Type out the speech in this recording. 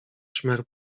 szmer